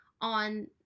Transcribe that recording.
on